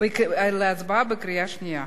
בקריאה שנייה.